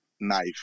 knife